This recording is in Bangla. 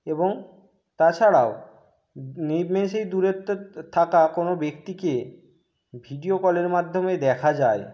এবং তাছাড়াও নিমেষেই দূরত্ব থাকা কোনো ব্যক্তিকে ভিডিও কলের মাধ্যমে দেখা যায়